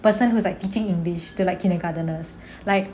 person who's like teaching english to like kindergarteners like